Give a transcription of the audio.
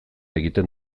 egiten